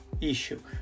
issue